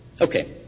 Okay